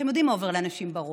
אתם יודעים מה עובר לאנשים בראש,